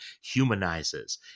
humanizes